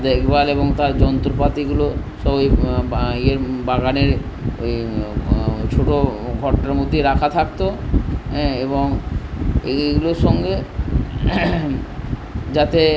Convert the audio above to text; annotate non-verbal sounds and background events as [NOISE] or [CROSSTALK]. দেখবার এবং তার যন্ত্রপাতিগুলো সব [UNINTELLIGIBLE] ওই বাগানে ওই ছোটো ঘরটার মধ্যেই রাখা থাকতো [UNINTELLIGIBLE] এবং এইগুলোর সঙ্গে যাতে